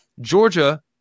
georgia